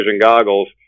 goggles